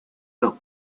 los